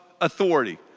authority